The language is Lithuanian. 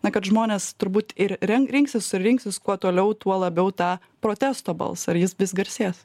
na kad žmonės turbūt ir renk rinksis ir rinksis kuo toliau tuo labiau tą protesto balsą ir jis vis garsės